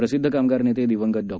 प्रसिद्ध कामगार नेते दिवंगत डॉ